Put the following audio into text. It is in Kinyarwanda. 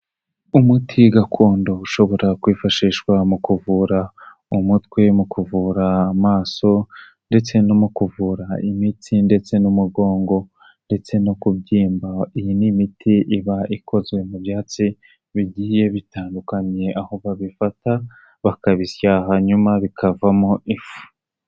Umuti gakondo ushobora kwifashishwa mu kuvura umutwe mu kuvura amaso ndetse no mu kuvura imitsi ndetse n'umugongo ndetse no kubyimba, iyi n'imiti iba ikozwe mu byatsi bigiye bitandukanye aho babifata bakabisya hanyuma bikavamo ifu.